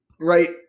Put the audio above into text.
Right